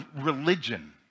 religion